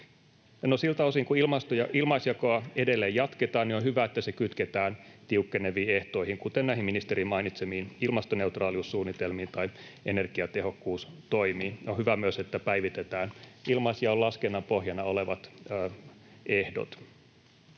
Siltä osin kuin ilmaisjakoa edelleen jatketaan, niin on hyvä, että se kytketään tiukkeneviin ehtoihin, kuten näihin ministerin mainitsemiin ilmastoneutraaliussuunnitelmiin tai energiatehokkuustoimiin. On hyvä myös, että päivitetään ilmaisjaon laskennan pohjana olevat ehdot.